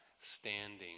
standing